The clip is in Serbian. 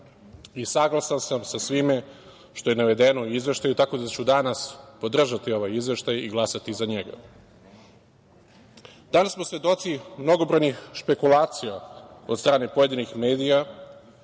i saglasan sam sa svime što je navedeno u Izveštaju, tako da ću danas podržati ovaj izveštaj i glasati za njega. Danas smo svedoci mnogobrojnih špekulacija od strane pojedinih medija